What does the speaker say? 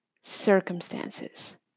circumstances